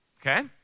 okay